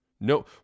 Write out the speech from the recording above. No